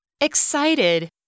Excited